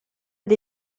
dei